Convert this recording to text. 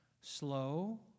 slow